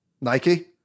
Nike